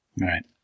Right